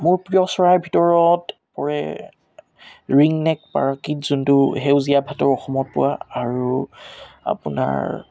মোৰ প্ৰিয় চৰাই ভিতৰত পৰে ৰিংনেক পেৰাকিট যোনটো সেউজীয়া ভাটৌ অসমত পোৱা আৰু আপোনাৰ